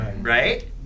Right